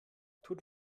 tut